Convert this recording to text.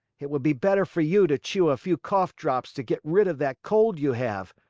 it would be better for you to chew a few cough drops to get rid of that cold you have.